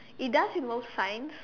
it does involve science